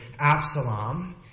Absalom